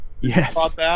Yes